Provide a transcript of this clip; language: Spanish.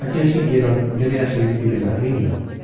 á quien siguieron deleasir y